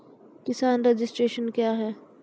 किसान रजिस्ट्रेशन क्या हैं?